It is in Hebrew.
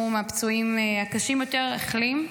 הוא מהפצועים הקשים יותר, והחלים,